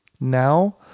Now